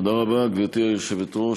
תודה רבה, גברתי היושבת-ראש.